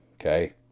Okay